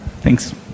Thanks